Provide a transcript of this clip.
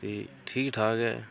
ते ठीक ठाक ऐ